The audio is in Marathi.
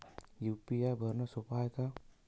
यू.पी.आय भरनं सोप हाय का?